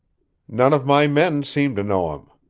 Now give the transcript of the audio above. none of my men seems to know him,